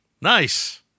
Nice